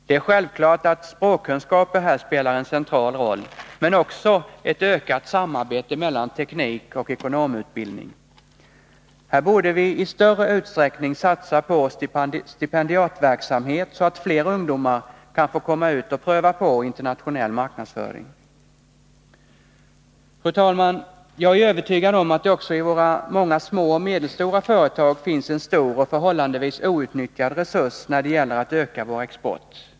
Det är självklart att språkkunskaper här spelar en central roll, men det är också fråga om ett ökat samarbete mellan teknikoch ekonomiutbildning. Här borde vi i större utsträckning satsa på stipendiatverksamhet, så att fler ungdomar kan få komma ut och pröva på internationell marknadsföring. Fru talman! Jag är övertygad om att det i våra många små och medelstora företag finns en stor och förhållandevis outnyttjad resurs när det gäller att öka vår export.